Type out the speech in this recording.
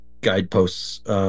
guideposts